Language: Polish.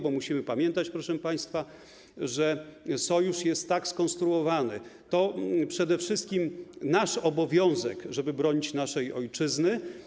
Bo musimy pamiętać, proszę państwa, że Sojusz jest tak skonstruowany - to przede wszystkim nasz obowiązek, żeby bronić naszej ojczyzny.